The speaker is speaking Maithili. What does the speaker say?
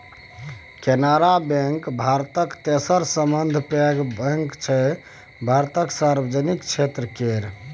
कैनरा बैंक भारतक तेसर सबसँ पैघ बैंक छै भारतक सार्वजनिक क्षेत्र केर